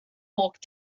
walked